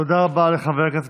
תודה רבה לחבר הכנסת